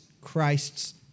Christ's